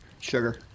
sugar